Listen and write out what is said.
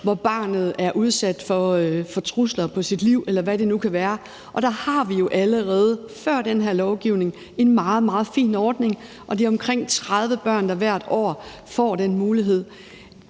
hvor barnet er udsat for trusler på sit liv, eller hvad det nu kan være. Der har vi jo allerede før den her lovgivning en meget, meget fin ordning. Og det er omkring 30 børn, der hvert år får den mulighed.